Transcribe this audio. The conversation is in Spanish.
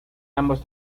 ambos